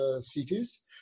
cities